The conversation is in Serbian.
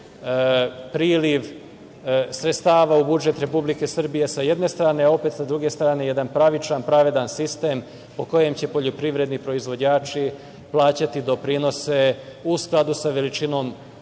priliv sredstava u budžet Republike Srbije, sa jedne strane, a opet, sa druge strane, jedan pravičan, pravedan sistem, po kojem će poljoprivredni proizvođači plaćati doprinose u skladu sa veličinom